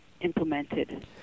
implemented